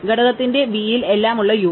ഘടകത്തിന്റെ v ൽ എല്ലാം ഉള്ള u